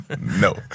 No